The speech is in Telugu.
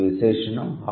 ఇది విశేషణం